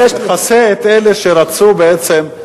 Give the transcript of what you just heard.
תכסה את אלה שרצו בעצם,